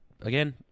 again